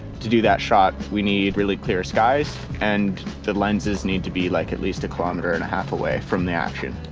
to do that shot, we need really clear skies and the lenses need to be like, at least a kilometer and a half away from the action.